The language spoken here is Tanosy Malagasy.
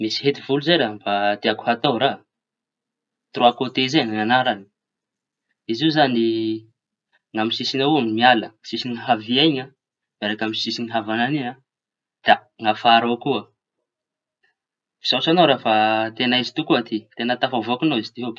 Misy hety volozay mba tiako atao raha, troa kotey zay ny añarany. Izy io zañy a ny amy sisiñy avao ny miala, amy sisiñy havia iñy miaraky sisiñy avañana iñy da afara ao koa. Misaotra añao raha fa teña izy tokoa raha ty teña tafavoaky ñao izy tiôky.